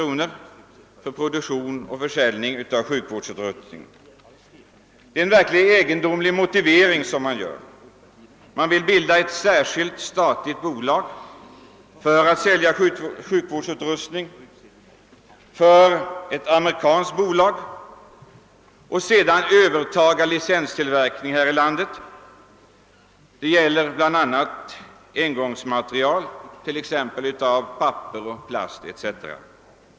i ett bolag för produktion och försäljning av sjukvårdsutrustning, och det är en verkligt egendomlig motivering man anför: man vill bilda ett särskilt statligt bolag för att sälja sjukvårdsutrustning för ett amerikanskt bolag och sedan bedriva licenstillverkning här i landet, bl.a. av engångsmateriel i papper och plast.